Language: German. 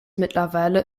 mittlerweile